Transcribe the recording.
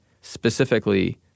specifically